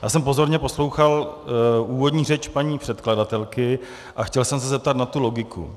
Já jsem pozorně poslouchal úvodní řeč paní předkladatelky a chtěl jsem se zeptat na tu logiku.